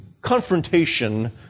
confrontation